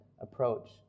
approach